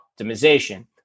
optimization